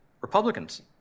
Republicans